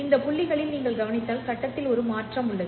இந்த புள்ளிகளில் நீங்கள் கவனித்தால் கட்டத்தில் ஒரு மாற்றம் உள்ளது